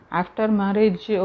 after-marriage